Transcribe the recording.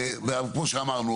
וכמו שאמרנו,